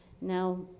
Now